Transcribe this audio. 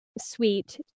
sweet